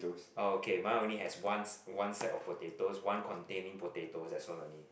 orh okay mine only has one s~ one sack of potatoes one containing potatoes that's all only